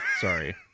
sorry